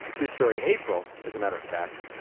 this very april, as a matter of fact,